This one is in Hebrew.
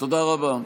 תודה רבה.